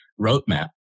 roadmap